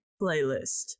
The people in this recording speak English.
playlist